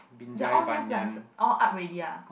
they're all new plus all up already ah